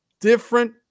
different